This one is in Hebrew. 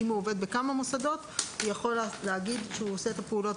אם הוא עובד בכמה מוסדות הוא יכול להגיד שהוא עושה את הפעולות